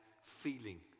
feeling